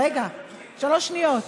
רגע, שלוש שניות.